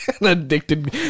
Addicted